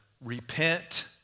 Repent